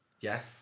Yes